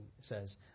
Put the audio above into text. says